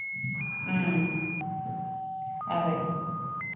అదే